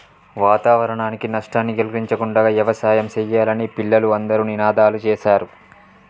వాతావరణానికి నష్టాన్ని కలిగించకుండా యవసాయం సెయ్యాలని పిల్లలు అందరూ నినాదాలు సేశారు